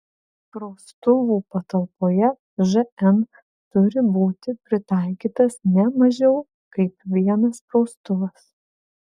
praustuvų patalpoje žn turi būti pritaikytas ne mažiau kaip vienas praustuvas